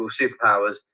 superpowers